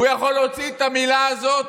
הוא יכול להוציא את המילה הזאת,